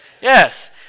Yes